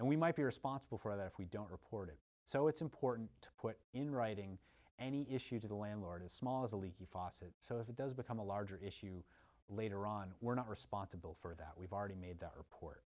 and we might be responsible for that if we don't report it so it's important to put in writing any issues to the landlord as small as a leaky faucet so if it does become a larger issue later on we're not responsible for that we've already made that